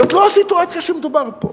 זאת לא הסיטואציה שעליה מדובר פה.